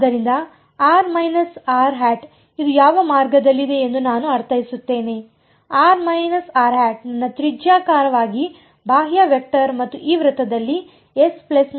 ಆದ್ದರಿಂದ ಇದು ಯಾವ ಮಾರ್ಗದಲ್ಲಿದೆ ಎಂದು ನಾನು ಅರ್ಥೈಸುತ್ತೇನೆ ನನ್ನ ತ್ರಿಜ್ಯಾಕಾರವಾಗಿ ಬಾಹ್ಯ ವೆಕ್ಟರ್ ಮತ್ತು ಈ ವೃತ್ತದಲ್ಲಿ Sನ ಯಾವ ಮಾರ್ಗ